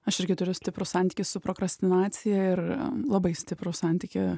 aš irgi turiu stiprų santykį su prokrastinacija ir labai stiprų santykį